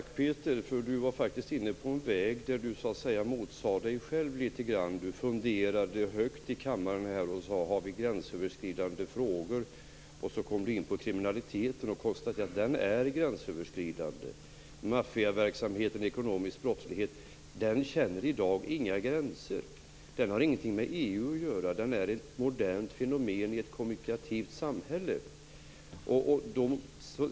Herr talman! Peter motsade sig själv litet grand. Han funderade högt här i kammaren över om vi har gränsöverskridande frågor. Sedan kom han in på kriminaliteten och konstaterade att den är gränsöverskridande. Maffiaverksamhet och ekonomisk brottslighet känner i dag inga gränser. Det har inget med EU att göra, utan det är ett modernt fenomen i ett kommunikativt samhälle.